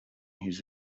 his